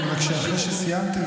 רק שאחרי שסיימתי איתך,